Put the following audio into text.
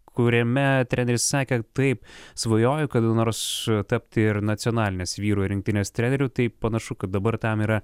kuriame treneris sakė taip svajojo kada nors tapti ir nacionalinės vyrų rinktinės treneriu tai panašu kad dabar tam yra